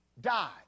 died